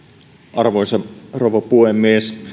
arvoisa rouva puhemies